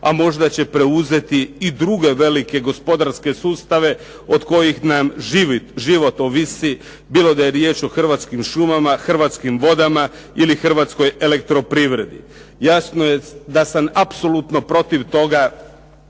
a možda će preuzeti i druge velike gospodarske sustave od kojih nam život ovisi bilo da je riječ o Hrvatskim šumama, Hrvatskim vodama ili Hrvatskoj elektroprivredi. Jasno je da sam apsolutno protiv toga